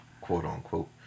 quote-unquote